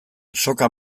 soka